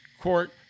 court